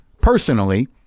personally